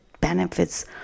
benefits